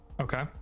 Okay